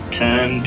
turn